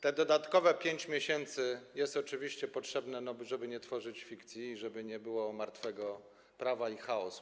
Te dodatkowe 5 miesięcy jest oczywiście potrzebne, żeby nie tworzyć fikcji i żeby nie było martwego prawa i chaosu.